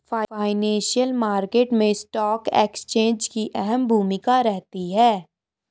financial market मैं stock exchange की अहम भूमिका रहती है